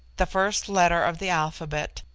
the first letter of the alphabet,